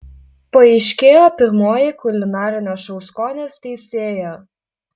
paaiškėjo pirmoji kulinarinio šou skonis teisėja